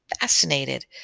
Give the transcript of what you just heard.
fascinated